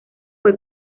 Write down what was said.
fue